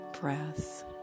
breath